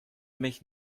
mich